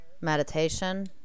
meditation